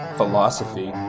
philosophy